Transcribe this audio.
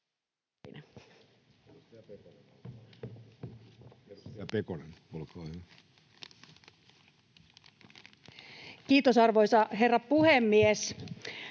Kiitos, arvoisa herra puhemies!